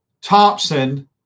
Thompson